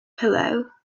pillow